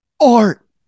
Art